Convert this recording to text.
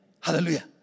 hallelujah